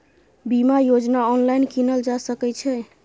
बीमा योजना ऑनलाइन कीनल जा सकै छै?